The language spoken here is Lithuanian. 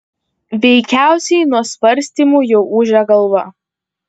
veikiausiai nuo svarstymų jau ūžia galva